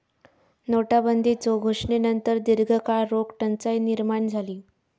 नोटाबंदीच्यो घोषणेनंतर दीर्घकाळ रोख टंचाई निर्माण झाली